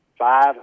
Five